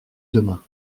demain